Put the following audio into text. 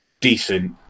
decent